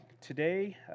today